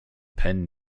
pen